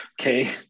okay